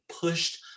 pushed